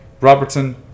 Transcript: Robertson